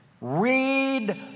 Read